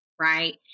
right